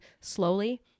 slowly